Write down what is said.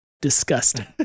disgusting